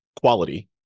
quality